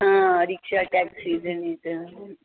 हां रिक्षा टॅक्सी